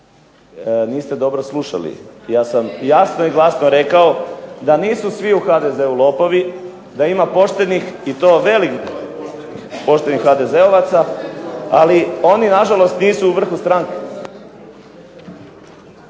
niste dobro slušali. Ja sam jasno i glasno rekao da nisu svi u HDZ-u lopovi, da ima poštenih i to veliki broj poštenih HDZ-ovaca. Ali oni nažalost nisu u vrhu stranke.